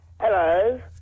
Hello